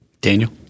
Daniel